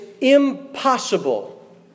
impossible